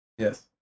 Yes